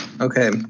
Okay